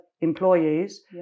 employees